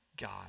God